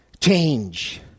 change